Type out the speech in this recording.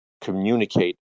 communicate